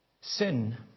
Sin